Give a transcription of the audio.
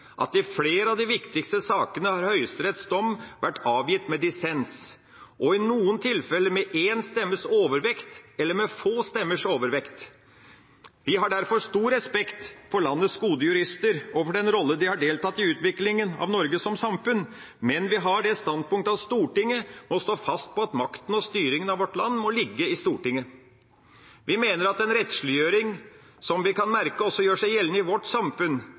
at i flere av de viktigste sakene har Høyesteretts dom vært avgitt med dissens – i noen tilfeller med én stemmes overvekt eller med få stemmers overvekt. Vi har derfor stor respekt for landets gode jurister og for den rolle de har hatt i utviklinga av Norge som samfunn, men vi har det standpunkt at Stortinget må stå fast på at makten og styringa av vårt land må ligge i Stortinget. Vi mener at med den rettsliggjøring som vi kan merke også gjør seg gjeldende i vårt samfunn,